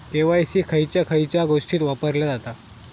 KYC खयच्या खयच्या गोष्टीत वापरला जाता?